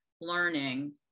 learning